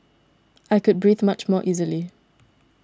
I could breathe much more easily